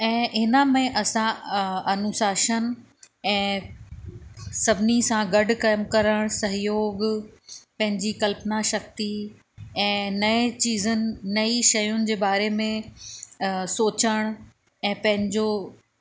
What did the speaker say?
ऐं इन में असां अनुशासन ऐं सभिनी सां गॾु कम करणु सहयोग पंहिंजी कल्पना शक्ती ऐं नएं चीज़नि नईं शयुनि जे बारे में सोचण ऐं पंहिंजो